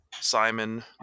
Simon